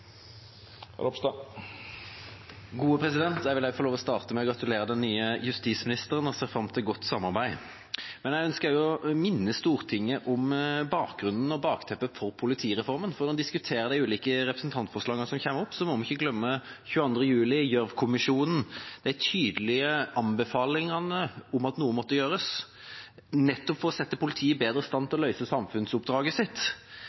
Jeg vil få lov til å starte med å gratulere den nye justisministeren, og jeg ser fram til godt samarbeid. Jeg ønsker å minne Stortinget om bakgrunnen og bakteppet for politireformen. Når vi diskuterer de ulike representantforslagene som fremmes, må vi ikke glemme 22. juli og Gjørv-kommisjonens tydelige anbefalinger om at noe måtte gjøres – nettopp for å sette politiet bedre i stand til å løse samfunnsoppdraget sitt.